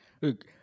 Look